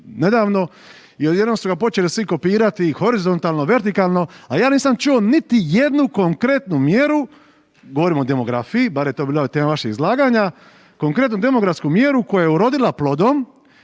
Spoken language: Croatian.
i odjednom su ga počeli svi kopirati horizontalno, vertikalno, a ja nisam čuo niti jednu konkretnu mjeru govorim o demografiji bar je to bila tema vašeg izlaganja, konkretnu demografsku mjeru koja je urodila plodom